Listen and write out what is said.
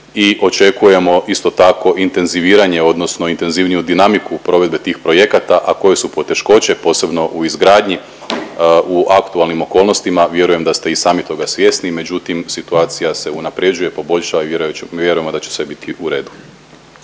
I očekujemo isto tako intenziviranje odnosno intenzivniju dinamiku provedbe tih projekata, a koje su poteškoće posebno u izgradnji u aktualnim okolnostima vjerujem da ste i sami toga svjesni, međutim situacija se unapređuje, poboljšava i vjerujemo da će sve biti u redu.